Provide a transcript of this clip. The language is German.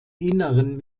inneren